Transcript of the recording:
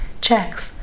checks